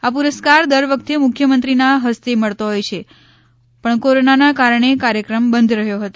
આ પુરસ્કાર દરવખતે મુખ્ય મંત્રીના હસ્તે મળતો હોય છે પણ કોરોનાના કારણે કાર્યક્રમ બંધ રહ્યો હતો